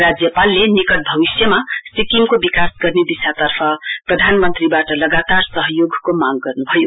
राज्यपालले निकट भविश्वयमा सिक्किमको विकास गर्ने दिशातर्फ प्रधानमन्त्रीबाट लगातार सहयोगको मांग गर्न्भयो